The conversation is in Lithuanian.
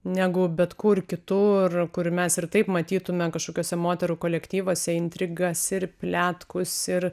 negu bet kur kitur kur mes ir taip matytume kažkokiuose moterų kolektyvuose intrigas ir pliatkus ir